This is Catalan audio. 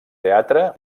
teatre